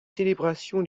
célébrations